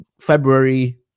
February